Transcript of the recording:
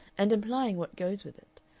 and implying what goes with it.